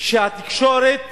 שהתקשורת